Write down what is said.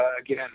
again